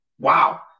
wow